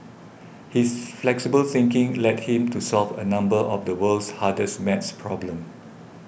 his flexible thinking led him to solve a number of the world's hardest maths problems